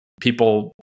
people